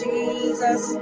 Jesus